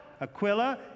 Aquila